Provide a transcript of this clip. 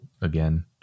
again